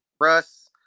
Russ